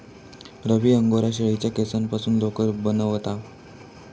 रवी angora शेळीच्या केसांपासून लोकर बनवता